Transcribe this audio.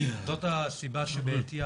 זו הסיבה שבעתיה